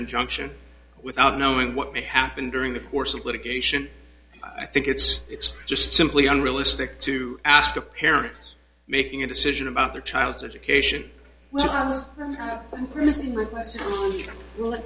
injunction without knowing what may happen during the course of litigation i think it's it's just simply unrealistic to ask the parents making a decision about their child's education